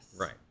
Right